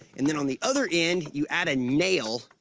and then on the other end, you add a nail.